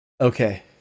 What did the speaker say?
okay